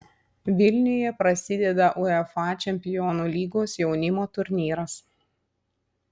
vilniuje prasideda uefa čempionų lygos jaunimo turnyras